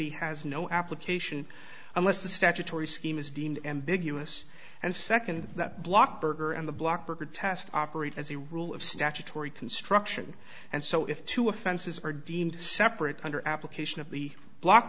lenity has no application unless the statutory scheme is deemed ambiguous and second that block berger and the block protest operate as a rule of statutory construction and so if two offenses are deemed separate under application of the block